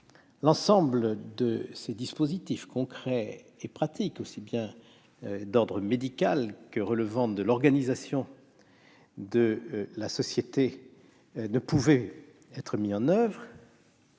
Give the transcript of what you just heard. l'ensemble de ces dispositifs concrets et pratiques, aussi bien d'ordre médical que relevant de l'organisation de la société, ne pouvaient être mis en oeuvre